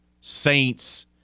Saints